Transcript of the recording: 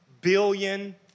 billion